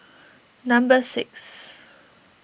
number six